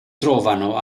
trovano